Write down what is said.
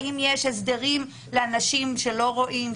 האם יש הסדרים לאנשים שלא רואים,